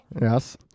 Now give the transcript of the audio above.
Yes